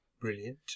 Brilliant